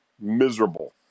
miserable